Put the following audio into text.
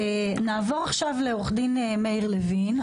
עו"ד מאיר לוין,